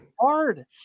hard